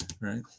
right